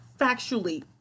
factually